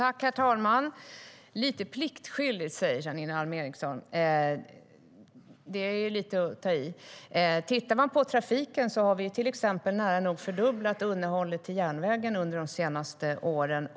Herr talman! Lite pliktskyldigt, säger Janine Alm Ericson. Det är lite att ta i. Om man tittar på trafiken ser man att vi till exempel nära nog har fördubblat underhållet till järnvägen under de senaste åren.